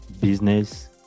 business